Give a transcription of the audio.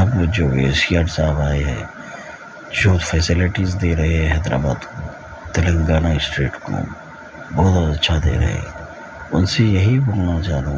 اب جو K C R صاحب آئے ہیں جو فیسلٹیز دے رہے ہیں حیدرآباد کو تلنگانہ اسٹیٹ کو بہت اچھا دے رہے ہیں ان سے یہی بولنا چاہ رہا ہوں